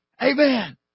Amen